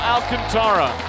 Alcantara